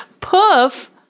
Puff